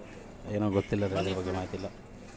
Canara bank ಭಾರತದ ಮೂರನೇ ದೊಡ್ಡ ರಾಷ್ಟ್ರೀಯ ಬ್ಯಾಂಕ್ ಆಗಿದೆ